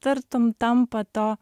tartum tampa to